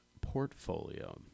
portfolio